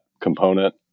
component